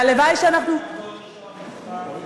והלוואי, אדוני,